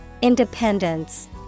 Independence